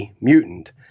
mutant